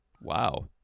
wow